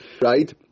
Right